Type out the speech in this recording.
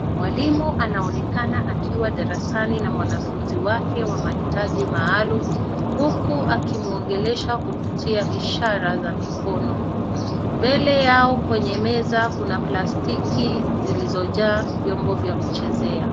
Mwalimu anaonekana akiwa darasani na mwanafunzi wake wa mahitaji maalum huku akimwongelesha kupitia ishara za mikono. Mbele yao kwenye meza kuna plastiki zilizojaa vyombo vya kuchezea.